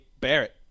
Barrett